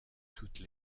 toutes